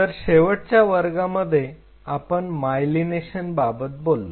तर शेवटच्या वर्गामध्ये आपण मायलिनेशन बाबत बोललो